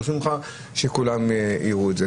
דורשים ממך שכולם יראו את זה.